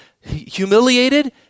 humiliated